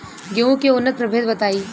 गेंहू के उन्नत प्रभेद बताई?